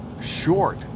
short